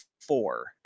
four